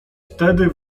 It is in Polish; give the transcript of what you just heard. wtedy